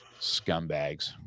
scumbags